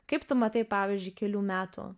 kaip tu matai pavyzdžiui kelių metų